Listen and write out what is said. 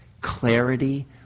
clarity